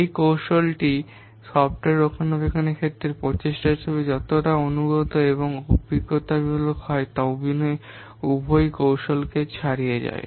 এই কৌশলটি সফ্টওয়্যার রক্ষণাবেক্ষণের প্রচেষ্টা হিসাবে যতটা অনুগত এবং অভিজ্ঞতাবাদ উভয়ই কৌশলকে ছাড়িয়ে যায়